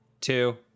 two